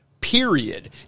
period